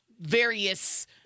Various